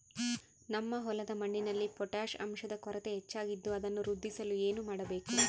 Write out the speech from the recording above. ನಮ್ಮ ಹೊಲದ ಮಣ್ಣಿನಲ್ಲಿ ಪೊಟ್ಯಾಷ್ ಅಂಶದ ಕೊರತೆ ಹೆಚ್ಚಾಗಿದ್ದು ಅದನ್ನು ವೃದ್ಧಿಸಲು ಏನು ಮಾಡಬೇಕು?